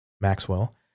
Maxwell